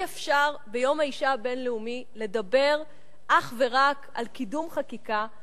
אי-אפשר ביום האשה הבין-לאומי לדבר אך ורק על קידום חקיקה,